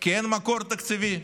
כי אין מקור תקציבי.